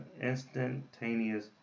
instantaneous